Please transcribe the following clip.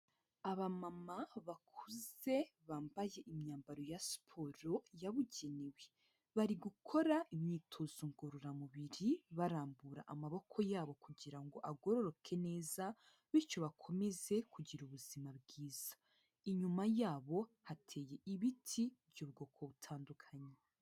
Abamama bakuze bambaye imyambaro ya siporo yabugenewe, bari gukora imyitozo ngororamubiri barambura amaboko yabo kugira ngo agororoke neza bityo bakomeze kugira ubuzima bwiza, inyuma yabo hateye ibiti by'ubwoko butandukanye.